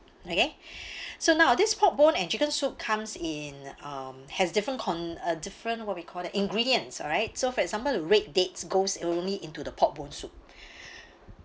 okay so now this pork bone and chicken soup comes in um has different con~ a different what we call that ingredients alright so for example the red dates goes only into the pork bone soup